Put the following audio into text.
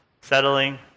Settling